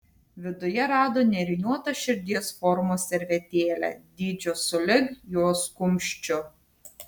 viduje rado nėriniuotą širdies formos servetėlę dydžio sulig jos kumščiu